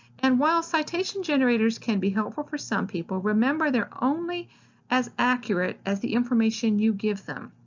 and while citation generators can be helpful for some people, remember they're only as accurate as the information you give them,